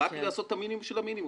רק לעשות את המינימום של המינימום.